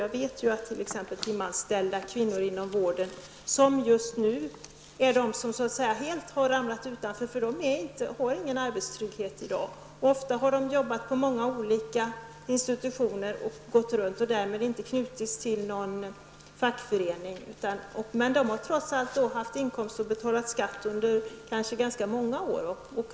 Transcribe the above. Jag vet ju att t.ex. timanställda kvinnor inom vården som nu helt har ramlat utanför och inte har någon trygghet i dag, ofta har arbetat på många olika institutioner och gått runt på olika ställen. Därmed har de inte knutits till någon fackförening. Men de har trots allt haft en inkomst och kanske betalat skatt under många år.